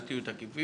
אל תהיו תקיפים,